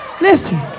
Listen